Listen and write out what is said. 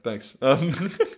Thanks